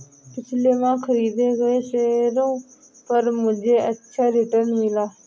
पिछले माह खरीदे गए शेयरों पर मुझे अच्छा रिटर्न मिला